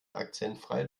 akzentfrei